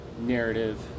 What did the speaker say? narrative